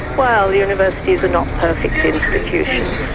well, universities are not perfect institutions.